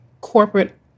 corporate